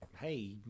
hey